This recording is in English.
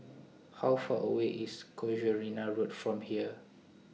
How Far away IS Casuarina Road from here